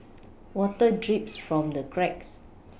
water drips from the cracks